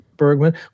Bergman